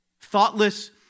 Thoughtless